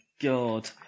God